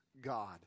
God